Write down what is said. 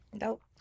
nope